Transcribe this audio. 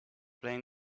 playing